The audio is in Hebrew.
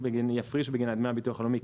יפריש בגינה את דמי הביטוח הלאומי,